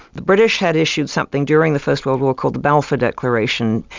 the british had issued something during the first world war called the balfour declaration,